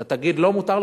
אתה תגיד לא, מותר לך,